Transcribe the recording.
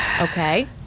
Okay